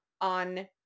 on